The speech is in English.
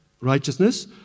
righteousness